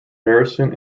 harrison